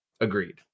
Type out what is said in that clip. Agreed